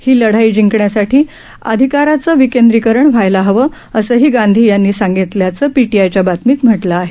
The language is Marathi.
ही लढाई जिंकण्यासाठी अधिकारांचं विकेंद्रीकरण व्हायला हवं असंही गांधी यांनी सांगितल्याचं पीटीआयच्या बातमीत म्हटलं आहे